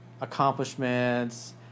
accomplishments